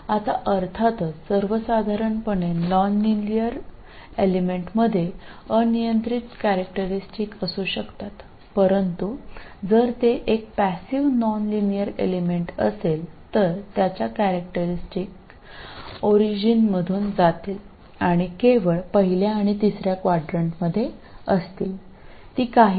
ഇപ്പോൾ തീർച്ചയായും പൊതുവേ രേഖീയമല്ലാത്ത മൂലകത്തിന് അനിയന്ത്രിതമായ സ്വഭാവസവിശേഷതകൾ ഉണ്ടാകാം പക്ഷേ അത് ഒരു നിഷ്ക്രിയ രേഖീയ ഘടകമാണെങ്കിൽ അത് ഉത്ഭവത്തിലൂടെ കടന്നുപോകാൻ പോകുന്ന സ്വഭാവസവിശേഷതകൾ ഉണ്ടായിരിക്കും അത് ഒന്നും തന്നെ ആകാം